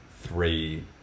three